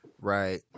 Right